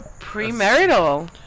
premarital